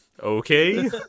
okay